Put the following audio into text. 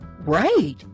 Right